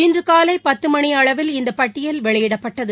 இன்று காலை பத்து மணி அளவில் இந்த பட்டியல் வெளியிடப்பட்டது